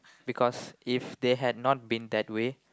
because if they had not been that way